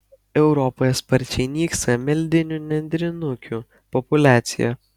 europoje sparčiai nyksta meldinių nendrinukių populiacija